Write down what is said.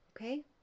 Okay